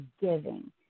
giving